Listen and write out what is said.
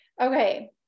Okay